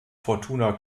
fortuna